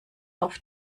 auf